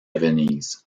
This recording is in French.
venise